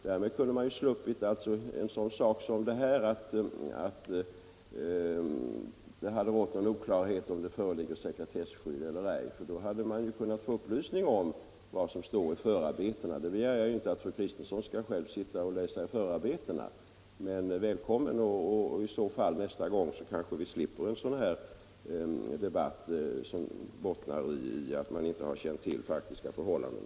Därmed kan man slippa ifrån en sådan sak som att det rått oklarhet huruvida det föreligger sekretesskydd eller ej. Då kan man få upplysning om vad som står i förarbetena. Nu begär jag inte att fru Kristensson själv skall sitta och läsa i förarbetena. Välkommen i så fall nästa gång så kanske vi slipper en debatt som bottnar i att man inte känt till faktiska förhållanden.